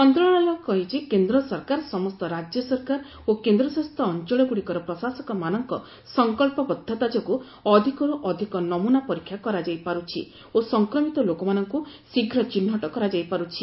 ମନ୍ତ୍ରଣାଳୟ କହିଛି କେନ୍ଦ୍ର ସରକାର ସମସ୍ତ ରାଜ୍ୟ ସରକାର ଓ କେନ୍ଦ୍ରଶାସିତ ଅଞ୍ଚଳ ଗୁଡ଼ିକର ପ୍ରଶାସକମାନଙ୍କ ସଂକଳ୍ପବଦ୍ଧତା ଯୋଗୁଁ ଅଧିକରୁ ଅଧିକ ନମୂନା ପରୀକ୍ଷା କରାଯାଇପାରୁଛି ଓ ସଂକ୍ରମିତ ଲୋକମାନଙ୍କୁ ଶୀଘ୍ର ଚିହ୍ନଟ କରାଯାଇପାରୁଛି